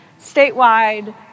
statewide